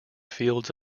fields